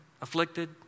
afflicted